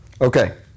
Okay